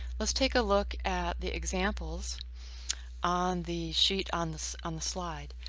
let's take a look at the examples on the sheet on this on the slide.